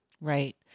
Right